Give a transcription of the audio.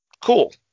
Cool